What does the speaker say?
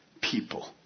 people